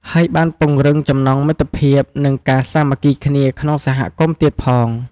ហើយបានពង្រឹងចំណងមិត្តភាព និងការសាមគ្គីគ្នាក្នុងសហគមន៍ទៀតផង។